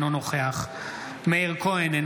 אינו נוכח מאיר כהן,